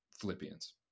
philippians